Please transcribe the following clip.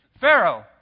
Pharaoh